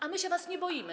A my się was nie boimy.